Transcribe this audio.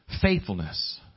Faithfulness